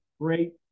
great